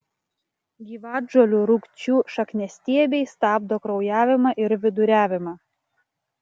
gyvatžolių rūgčių šakniastiebiai stabdo kraujavimą ir viduriavimą